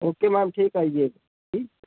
okay ma'am ठीक आइए